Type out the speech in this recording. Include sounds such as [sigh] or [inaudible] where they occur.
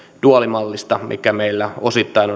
duaalimallista mikä meillä ainakin osittain [unintelligible]